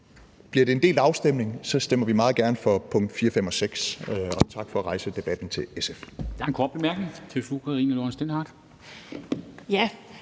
Bliver det en delt afstemning, stemmer vi meget gerne for punkt 4, 5 og 6. Og tak til SF for at rejse debatten. Kl.